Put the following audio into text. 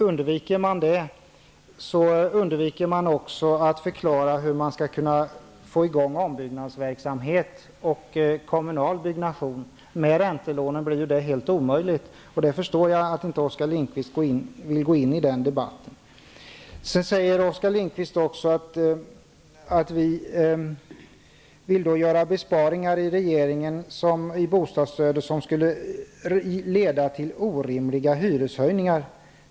Undviker man den debatten undviker man också att förklara hur man skall kunna få i gång ombyggnadsverksamhet och kommunalt byggande. Med räntelånen blir det helt omöjligt, och jag förstår att Oskar Lindkvist inte vill gå in i den debatten. Oskar Lindkvist säger också att regeringen inom bostadsstödet vill göra besparingar inom bostadsstödet som skulle leda till orimliga hyreshöjningar.